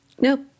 nope